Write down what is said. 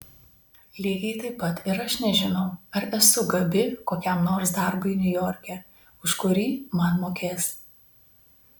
lygiai taip pat ir aš nežinau ar esu gabi kokiam nors darbui niujorke už kurį man mokės